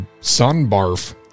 Sunbarf